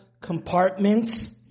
Compartments